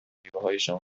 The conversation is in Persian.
میوههایشان